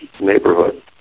neighborhood